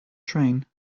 train